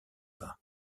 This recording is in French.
pas